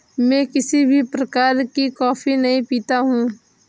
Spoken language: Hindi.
मैं किसी भी प्रकार की कॉफी नहीं पीता हूँ